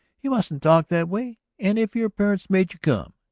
you mustn't talk that way. and if your parents made you come.